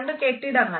രണ്ടു കെട്ടിടങ്ങൾ